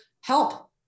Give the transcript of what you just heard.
help